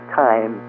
time